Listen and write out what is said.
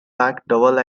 double